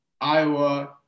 Iowa –